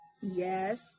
Yes